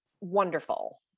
wonderful